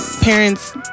parents